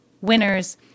winners